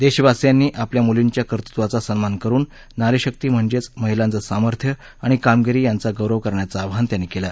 देशवासियांनी आपल्या मूलींच्या कर्तत्वाचा सन्मान करून नारीशक्ती म्हणजेच महिलांचं सामर्थ्य आणि कामगिरी यांचा गौरव करण्याचं आवाहन त्यांनी केलं